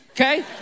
Okay